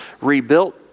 rebuilt